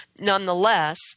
Nonetheless